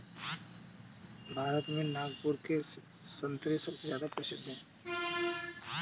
भारत में नागपुर के संतरे सबसे ज्यादा प्रसिद्ध हैं